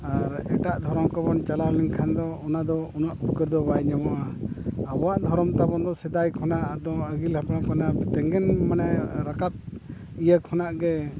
ᱟᱨ ᱮᱴᱟᱜ ᱫᱷᱚᱨᱚᱢ ᱠᱚᱵᱚᱱ ᱪᱟᱞᱟᱣ ᱞᱮᱱᱠᱷᱟᱱ ᱫᱚ ᱚᱱᱟᱫᱚ ᱩᱱᱟᱹᱜ ᱩᱯᱠᱟᱹᱨ ᱫᱚ ᱵᱟᱭ ᱧᱟᱢᱚᱜᱼᱟ ᱟᱵᱚᱣᱟᱜ ᱫᱷᱚᱨᱚᱢ ᱛᱟᱵᱚᱱ ᱫᱚ ᱥᱮᱫᱟᱭ ᱠᱷᱚᱱᱟᱜ ᱮᱠᱫᱚᱢ ᱟᱹᱜᱤᱞ ᱦᱟᱯᱲᱟᱢ ᱠᱷᱚᱱᱟᱜ ᱛᱮᱜᱮᱱ ᱢᱟᱱᱮ ᱨᱟᱠᱟᱵ ᱤᱭᱟᱹ ᱠᱷᱚᱱᱟᱜ ᱜᱮ